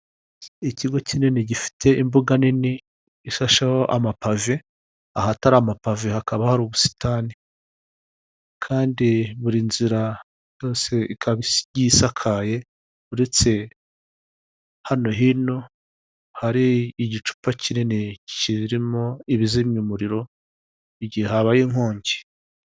Ikigo kinini gifite imbuga nini ishasheho amapave, ahatari amapave hakaba hari ubusitani. Kandi buri nzira yose ikaba igiye isakaye, uretse hano hino hari igicupa kinini kirimo ibizimya umuriro, igihe habaye inkongi.